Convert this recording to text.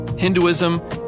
Hinduism